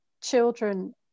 children